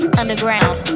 underground